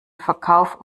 verkauf